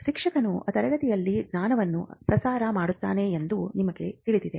ಶಿಕ್ಷಕನು ತರಗತಿಯಲ್ಲಿ ಜ್ಞಾನವನ್ನು ಪ್ರಸಾರ ಮಾಡುತ್ತಾನೆ ಎಂದು ನಮಗೆ ತಿಳಿದಿದೆ